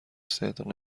صدق